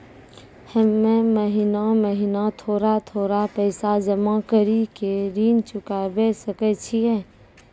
हम्मे महीना महीना थोड़ा थोड़ा पैसा जमा कड़ी के ऋण चुकाबै सकय छियै?